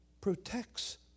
protects